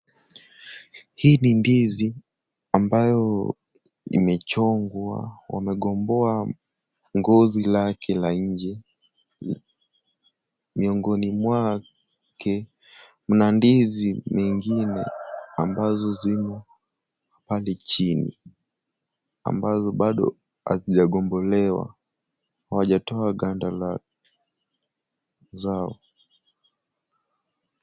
Hii ni ndizi ambayo imechongwa. Wanagomboa ngozi lake la nje. Miongoni mwaake mna ndizi nyingine ambazo zimo pale chini, ambazo bado hazijagombolewa. Hawajatoa gonda lake.., zao.